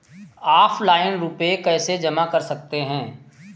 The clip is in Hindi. ऑफलाइन रुपये कैसे जमा कर सकते हैं?